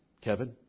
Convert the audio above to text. Kevin